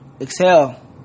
Exhale